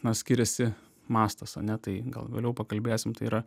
na skiriasi mastas ane tai gal vėliau pakalbėsim tai yra